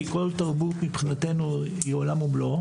כי כל תרבות מבחינתנו היא עולם ומלואו.